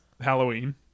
Halloween